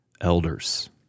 elders